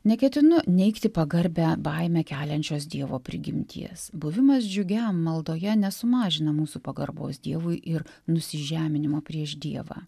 neketinu neigti pagarbią baimę keliančios dievo prigimties buvimas džiugiam maldoje nesumažina mūsų pagarbos dievui ir nusižeminimo prieš dievą